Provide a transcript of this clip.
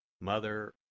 Mother